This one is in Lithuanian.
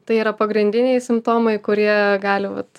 tai yra pagrindiniai simptomai kurie gali vat